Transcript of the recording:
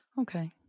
okay